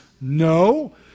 No